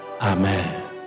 Amen